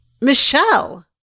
Michelle